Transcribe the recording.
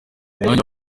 umwana